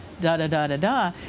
da-da-da-da-da